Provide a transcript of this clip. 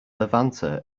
levanter